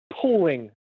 pulling